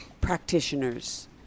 practitioners